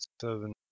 Seven